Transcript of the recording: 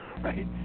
Right